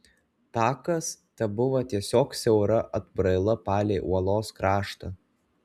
takas tebuvo tiesiog siaura atbraila palei uolos kraštą